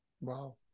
Wow